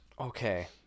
Okay